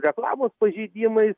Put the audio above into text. su reklamos pažeidimais